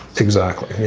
exactly, yeah.